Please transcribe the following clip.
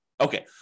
Okay